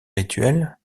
rituels